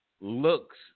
looks